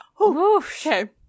Okay